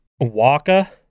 waka